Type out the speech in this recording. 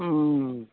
हूँ